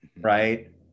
right